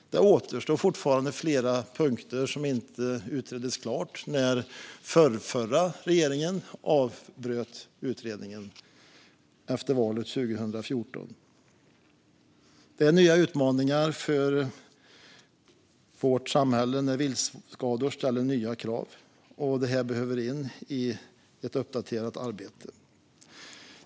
Det återstår fortfarande flera punkter som inte utreddes klart när den förrförra regeringen avbröt utredningen efter valet 2014. Det blir nya utmaningar för vårt samhälle när viltskador ställer nya krav. Det här behöver komma in i ett uppdaterat arbete.